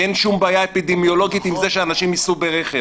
כי אין שום בעיה אפידמיולוגית עם זה שאנשים ייסעו ברכב.